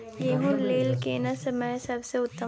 गेहूँ लेल केना समय सबसे उत्तम?